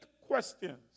questions